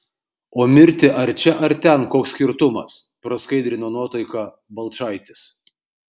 o mirti ar čia ar ten koks skirtumas praskaidrino nuotaiką balčaitis